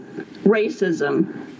racism